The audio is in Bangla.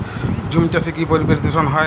ঝুম চাষে কি পরিবেশ দূষন হয়?